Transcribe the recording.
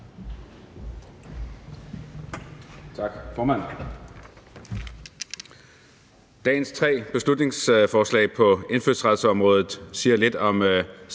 Tak, formand. Dagens tre beslutningsforslag på indfødsretsområdet siger lidt om